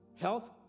health